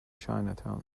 chinatown